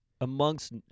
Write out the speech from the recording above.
amongst